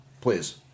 Please